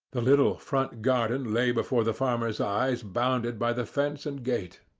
the little front garden lay before the farmer's eyes bounded by the fence and gate,